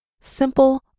Simple